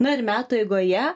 na ir metų eigoje